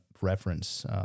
reference